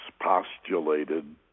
postulated